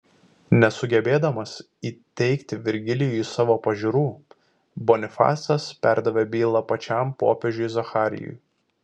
nesugebėdamas įteigti virgilijui savo pažiūrų bonifacas perdavė bylą pačiam popiežiui zacharijui